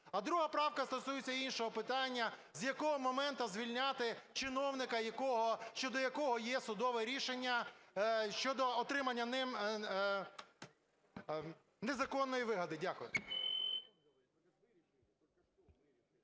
А 2 правка стосується іншого питання: з якого моменту звільняти чиновника, щодо якого є судове рішення щодо отримання ним незаконної вигоди. Дякую.